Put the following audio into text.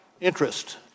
interest